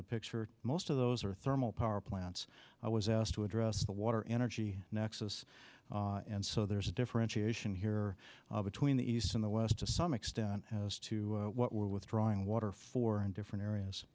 the picture most of those are thermal power plants i was asked to address the water energy nexus and so there's a differentiation here between the east and the west to some extent as to what we're withdrawing water for in different areas